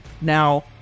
Now